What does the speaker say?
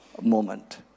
moment